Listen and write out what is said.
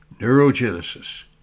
Neurogenesis